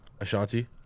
Ashanti